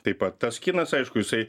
taip pat tas kinas aišku jisai